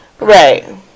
Right